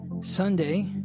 Sunday